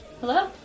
Hello